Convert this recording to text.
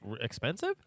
expensive